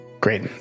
Great